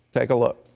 take a look.